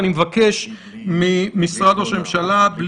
למשרד הפנים,